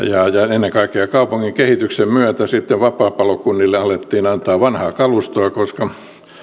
ennen kaikkea kaupungin kehityksen myötä sitten vapaapalokunnille alettiin antaa vanhaa kalustoa koska